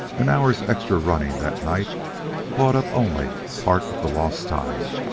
an hour's extra running that night caught up only part of the lost time.